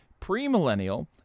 premillennial